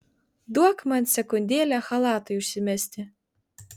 duok man sekundėlę chalatui užsimesti